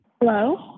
Hello